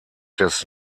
des